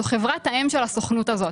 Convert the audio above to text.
זו חברת האם של הסוכנות הזאת.